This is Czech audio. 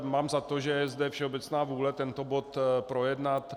Mám za to, že je zde všeobecná vůle tento bod projednat.